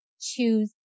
choose